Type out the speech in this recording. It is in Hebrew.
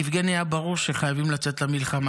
ליבגני היה ברור שחייבים לצאת למלחמה,